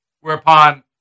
Whereupon